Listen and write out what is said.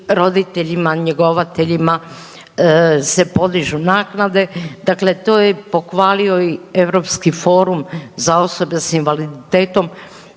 roditeljima njegovateljima se podižu naknade. Dakle, to je pohvalio i Europski forum za osobe sa invaliditetom,